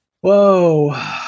whoa